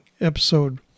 episode